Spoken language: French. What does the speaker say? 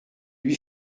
lui